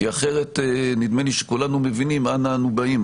כי אחרת נדמה לי שכולנו מבינים אנה אנו באים.